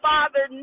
Father